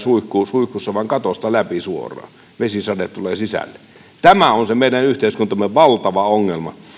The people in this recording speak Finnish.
suihkussa vaan katosta läpi suoraan vesisade tulee sisälle tämä on se meidän yhteiskuntamme valtava ongelma